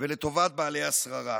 ולטובת בעלי השררה.